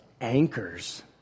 anchors